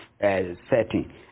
setting